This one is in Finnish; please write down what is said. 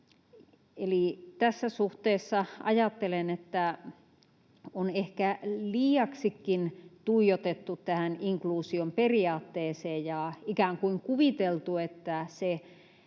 tässä suhteessa ajattelen, että on ehkä liiaksikin tuijotettu tähän inkluusion periaatteeseen ja ikään kuin kuviteltu, että se